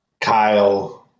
Kyle